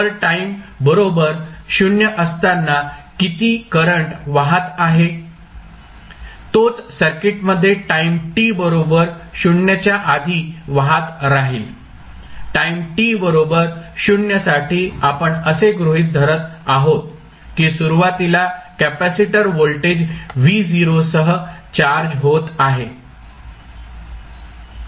तर टाईम बरोबर 0 असताना किती करंट वाहत आहे तोच सर्किटमध्ये टाईम t बरोबर 0 च्या आधी वाहत राहील टाईम t बरोबर 0 साठी आपण असे गृहित धरत आहोत की सुरुवातीला कॅपेसिटर वोल्टेज V0 सह चार्ज होत आहे